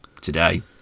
today